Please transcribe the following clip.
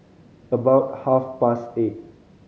about half past eight